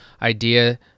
idea